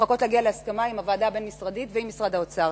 לחכות להגיע להסכמה עם הוועדה הבין-משרדית ועם משרד האוצר.